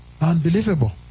unbelievable